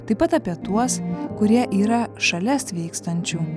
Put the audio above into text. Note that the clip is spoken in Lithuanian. taip pat apie tuos kurie yra šalia sveikstančių